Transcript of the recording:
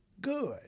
good